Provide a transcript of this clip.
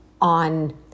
on